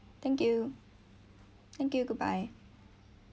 thank you thank you goodbye